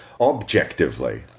objectively